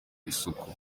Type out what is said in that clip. isuku